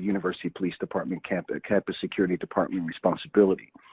university police department, campus campus security department responsibility.